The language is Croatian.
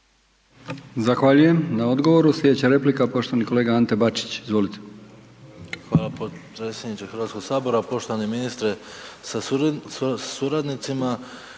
Zahvaljujem na odgovoru. Sljedeća replika poštovani kolega Ante Bačić. Izvolite. **Bačić, Ante (HDZ)** Hvala potpredsjedniče Hrvatskog sabora. Poštovani ministre sa suradnicima.